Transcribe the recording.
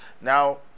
Now